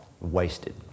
wasted